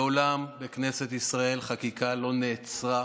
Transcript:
מעולם בכנסת ישראל חקיקה לא נעצרה